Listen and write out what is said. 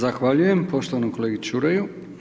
Zahvaljujem poštovanom kolegi Čuraju.